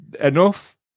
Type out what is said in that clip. enough